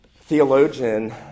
theologian